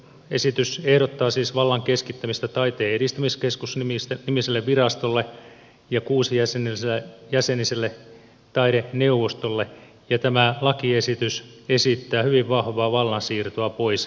esitys ehdottaa siis vallan keskittämistä taiteen edistämiskeskus nimiselle virastolle ja kuusijäseniselle taideneuvostolle ja tämä lakiesitys esittää hyvin vahvaa vallansiirtoa pois alueelta